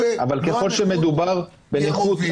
אבל ככל שמדובר בנכות,